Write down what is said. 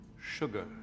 sugar